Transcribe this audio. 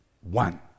One